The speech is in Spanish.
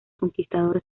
conquistador